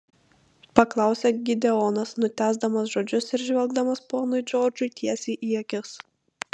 paklausė gideonas nutęsdamas žodžius ir žvelgdamas ponui džordžui tiesiai į akis